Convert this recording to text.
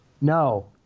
No